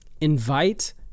Invite